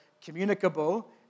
communicable